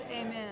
amen